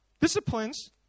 disciplines